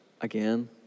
again